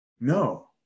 No